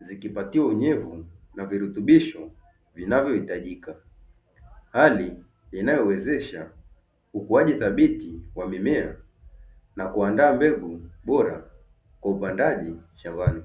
zikipatiwa unyevu na virutubisho vinavyohitajika, hali inayowezesha ukuaji thabiti wa mimea na kuandaa mbegu bora kwa upandaji shambani.